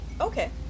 Okay